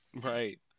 Right